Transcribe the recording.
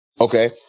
Okay